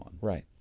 Right